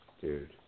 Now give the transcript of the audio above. Dude